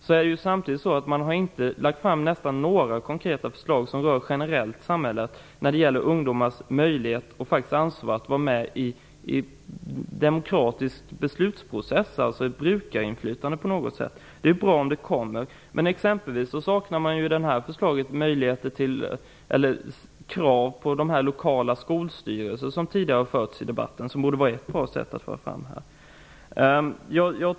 Man har dock nästan inte lagt fram några konkreta förslag som generellt rör samhället och ungdomars möjlighet och t.o.m. ansvar att vara med i den demokratiska beslutsprocessen, ett slags brukarinflytande. Det är bra om det kommer. I förslaget saknas t.ex. de krav på lokala skolstyrelser som tidigare har hörts i debatten. Det borde vara en bra sak att föra fram här.